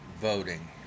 voting